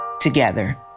together